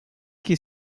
est